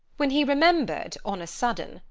when he remembered, on a sudden,